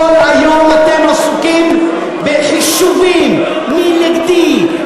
כל היום אתם עסוקים בחישובים: מי נגדי,